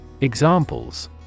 Examples